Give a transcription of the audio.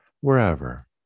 wherever